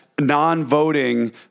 non-voting